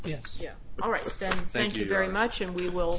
yes yes all right thank you very much and we will